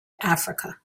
africa